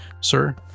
Sir